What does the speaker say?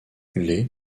les